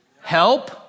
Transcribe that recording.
help